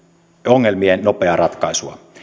ongelmien nopeaa ratkaisua